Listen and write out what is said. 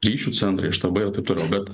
ryšių centrai štabai ir taip toliau bet